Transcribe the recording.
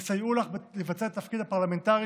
יסייעו לך לבצע את התפקיד הפרלמנטרי